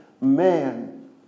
man